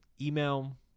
Email